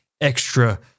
extra